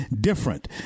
different